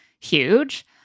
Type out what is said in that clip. huge